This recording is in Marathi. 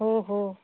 हो हो